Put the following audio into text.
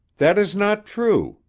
that is not true,